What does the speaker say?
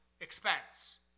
expense